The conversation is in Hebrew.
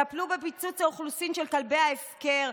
טפלו בפיצוץ האוכלוסין של כלבי ההפקר,